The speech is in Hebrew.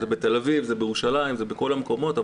זה בתל אביב, בירושלים ובכל המקומות.